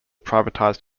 privatised